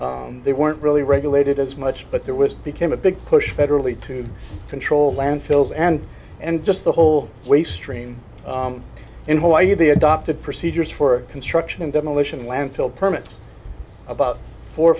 them they weren't really regulated as much but there was became a big push federally to control landfills and and just the whole waste stream in hawaii the adopted procedures for struction demolition landfill permit about four or